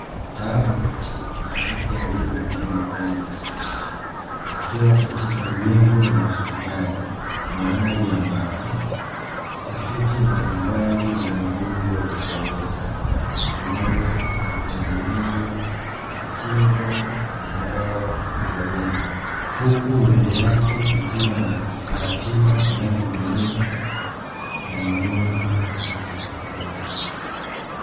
Mtaalamu wa tiba mwanamke aliyevalia mavazi nadhifu sana akiwa katika jengo la hospitali, mahali ambapo tafiti mbalimbali za magonjwa hufanyika, pamoja na kutengenezwa kwa kinga na dawa hutolewa, huku mbele yake kukiwa na vifaa tiba vinavyotumika kwa magonjwa tofautitofauti.